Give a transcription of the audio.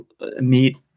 meet